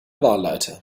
wahlleiter